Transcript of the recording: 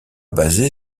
basée